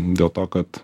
dėl to kad